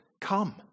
Come